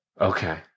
Okay